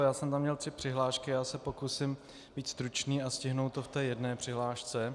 Já jsem tam měl tři přihlášky, pokusím být stručný a stihnout to v té jedné přihlášce.